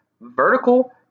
vertical